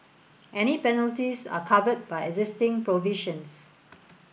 any penalties are covered by existing provisions